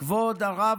כבוד הרב,